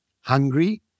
hungry